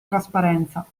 trasparenza